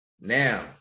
Now